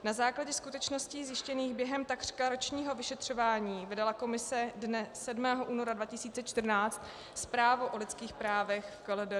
Na základě skutečností zjištěných během takřka ročního vyšetřování vydala komise dne 7. února 2014 zprávu o lidských právech v KLDR.